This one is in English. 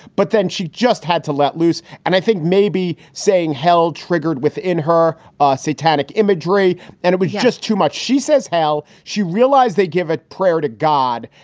but then she just had to let loose. and i think maybe saying hell triggered within her ah satanic imagery and it was just too much. she says, hell, she realized they give it prayer to god.